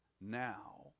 now